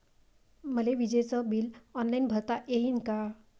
मले विजेच bill online भरता येईन का?